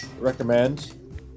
Recommend